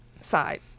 side